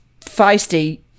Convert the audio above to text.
feisty